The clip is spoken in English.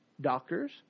doctors